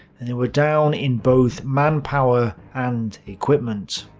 and they were down in both manpower and equipment.